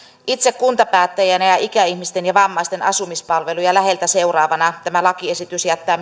itselleni kuntapäättäjänä ja ja ikäihmisten ja vammaisten asumispalveluja läheltä seuraavana tämä lakiesitys jättää